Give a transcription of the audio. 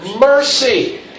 mercy